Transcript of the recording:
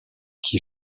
qui